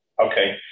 Okay